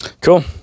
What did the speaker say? Cool